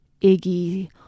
Iggy